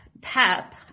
pep